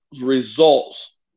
results